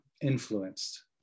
influenced